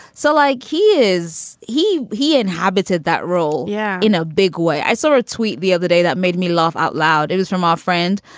so like he is he he inhabited that role. yeah, in a big way. i saw a tweet the other day that made me laugh out loud it was from our friend,